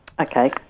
Okay